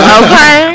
okay